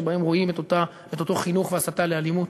שבהם רואים את אותו חינוך והסתה לאלימות.